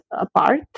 apart